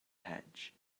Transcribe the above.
hedge